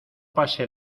pase